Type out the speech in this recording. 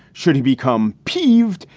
should he become peeved,